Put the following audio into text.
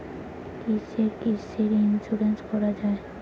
কিসের কিসের ইন্সুরেন্স করা যায়?